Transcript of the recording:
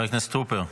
חבר הכנסת טרופר.